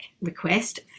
request